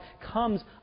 comes